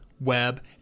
web